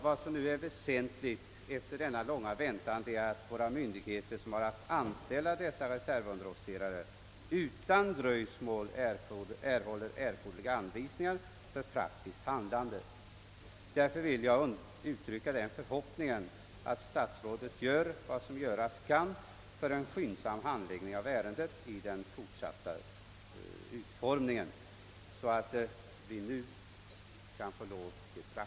Vad som nu är väsentligt efter denna långa väntan är att myndigheterna, som har att anställa dessa reservunderofficerare, utan dröjsmål erhåller erforderliga anvisningar för praktiskt handlande. Därför vill jag uttrycka förhoppningen att statsrådet gör vad som göras kan för en skyndsam fortsatt handläggning av ärendet.